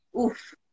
oof